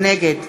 נגד